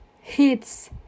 hits